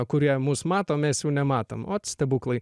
kurie mus mato o mes jų nematom ot stebuklai